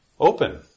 open